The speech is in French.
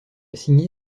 signé